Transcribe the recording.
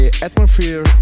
Atmosphere